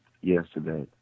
yesterday